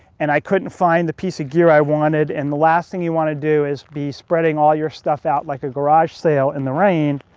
and i couldn't find the piece of gear i wanted, and the last thing you want to do is be spreading all your stuff out like a garage sale in the rain,